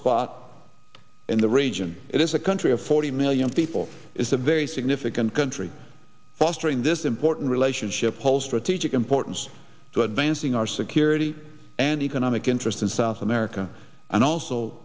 spot in the region it is a country of forty million people is a very significant country fostering this important relationship whole strategic importance to advancing our security and economic interest in south america and also